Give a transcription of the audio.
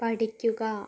പഠിക്കുക